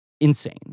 insane